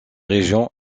région